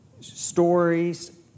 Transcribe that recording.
stories